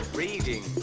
reading